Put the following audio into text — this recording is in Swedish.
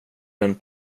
den